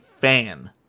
fan